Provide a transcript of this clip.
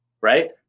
right